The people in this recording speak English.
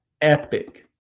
epic